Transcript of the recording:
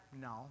no